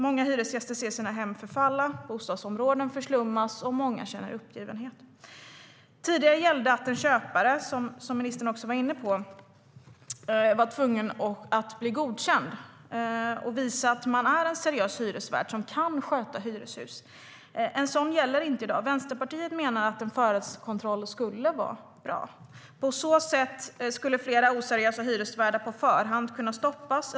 Många hyresgäster ser sina hem förfalla och bostadsområden förslummas, och många känner uppgivenhet. Tidigare gällde att köpare, som ministern var inne på, var tvungna att bli godkända och visa att de var seriösa hyresvärdar som kunde sköta hyreshus. Den lagen gäller inte i dag. Vänsterpartiet menar att en förhandskontroll skulle vara bra. På så sätt skulle flera oseriösa hyresvärdar på förhand kunna stoppas.